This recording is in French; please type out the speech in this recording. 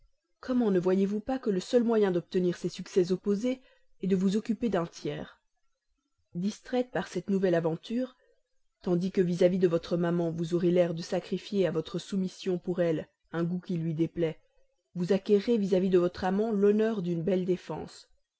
comment ne voyez-vous pas que le seul moyen d'obtenir ces succès opposés est de vous occuper d'un tiers distraite par cette nouvelle aventure tandis que vis-à-vis de votre maman vous aurez l'air de sacrifier à votre soumission pour elle un goût qui lui déplaît vous acquerrez vis-à-vis de votre amant l'honneur d'une belle défense